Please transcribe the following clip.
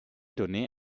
donnée